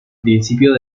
principio